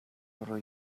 буруу